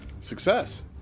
Success